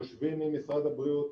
יושבים עם משרד הבריאות,